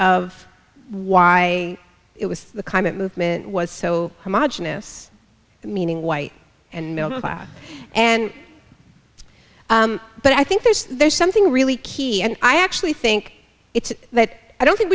of why it was the climate movement was so meaning white and male and but i think there's there's something really key and i actually think it's that i don't think